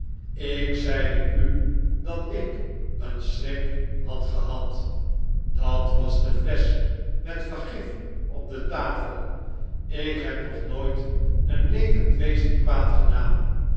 ik zeide u dat ik een schrik had gehad dat was de flesch met vergif op de tafel ik heb nog nooit een levend wezen kwaad gedaan